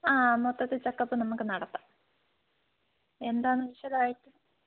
ആ മൊത്തത്തിൽ ചെക്കപ്പ് നമുക്ക് നടത്താം എന്താണെന്ന് വെച്ചാൽ അതി